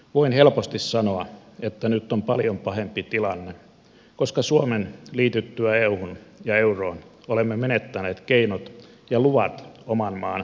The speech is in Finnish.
voin helposti sanoa että nyt on paljon pahempi tilanne koska suomen liityttyä euhun ja euroon olemme menettäneet keinot ja luvat oman maan työttömyyden hoitoon